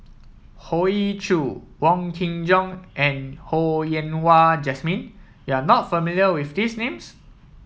Hoey Choo Wong Kin Jong and Ho Yen Wah Jesmine you are not familiar with these names